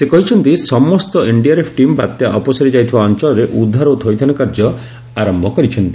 ସେ କହିଛନ୍ତି ସମସ୍ତ ଏନ୍ଡିଆର୍ଏଫ୍ ଟିମ୍ ବାତ୍ୟା ଅପସରିଯାଇଥିବା ଅଞ୍ଚଳରେ ଉଦ୍ଧାର ଓ ଥଇଥାନ କାର୍ଯ୍ୟ ଆରମ୍ଭ କରିଛନ୍ତି